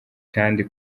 kandi